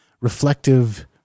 reflective